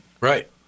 Right